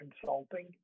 consulting